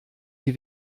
die